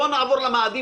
בואו נעבור למאדים,